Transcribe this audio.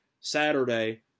Saturday